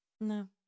No